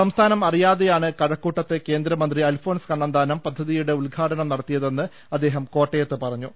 സംസ്ഥാനം അറിയാതെയാണ് കഴക്കൂട്ടത്ത് കേന്ദ്രമന്ത്രി അൽഫോൻസ് കണ്ണന്താനം പദ്ധതിയുടെ ഉദ്ഘാടനം നടത്തിയതെന്ന് അദ്ദേഹം കോട്ടയത്ത് പറഞ്ഞു